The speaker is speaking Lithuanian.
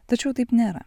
tačiau taip nėra